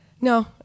No